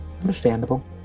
Understandable